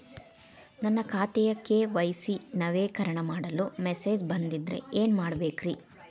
ನನ್ನ ಖಾತೆಯ ಕೆ.ವೈ.ಸಿ ನವೇಕರಣ ಮಾಡಲು ಮೆಸೇಜ್ ಬಂದದ್ರಿ ಏನ್ ಮಾಡ್ಬೇಕ್ರಿ?